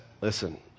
listen